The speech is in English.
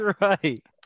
right